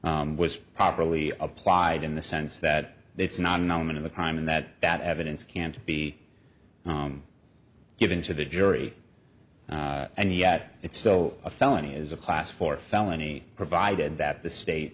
was properly applied in the sense that it's not an element of a crime and that that evidence can't be given to the jury and yet it's so a felony is a class four felony provided that the state